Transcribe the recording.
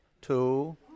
Two